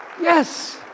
Yes